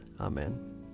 Amen